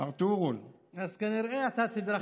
ארטואורול, "וחילק, " אז כנראה אתה תדרכת אותו.